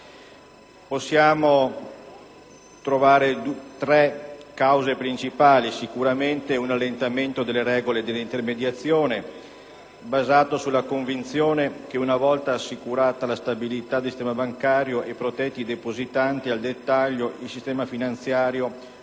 Possiamo individuare tre cause principali: sicuramente un allentamento delle regole dell'intermediazione, basato sulla convinzione che una volta assicurata la stabilità del sistema bancario e protetti i depositanti al dettaglio, il sistema finanziario